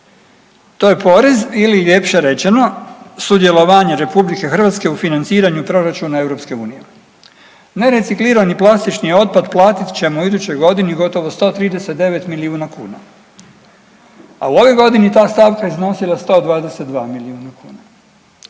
To je porez ili ljepše rečeno sudjelovanje RH u financiraju proračuna EU. Nereciklirani plastični otpad platit ćemo u idućoj godini gotovo 139 milijuna kuna, a u ovoj godini ta stavka je iznosila 122 milijuna kuna